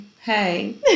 hey